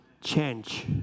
Change